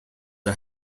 are